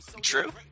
True